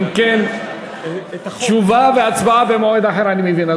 אם כן, תשובה והצבעה במועד אחר, אני מבין.